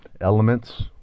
elements